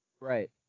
Right